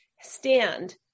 stand